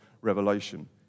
revelation